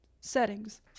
settings